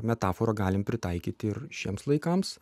metaforą galim pritaikyti ir šiems laikams